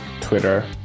Twitter